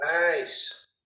Nice